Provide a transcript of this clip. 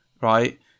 right